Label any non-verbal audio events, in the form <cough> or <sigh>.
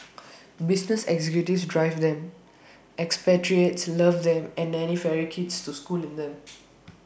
<noise> business executives drive them expatriates love them and nannies ferry kids to school in them <noise>